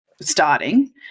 starting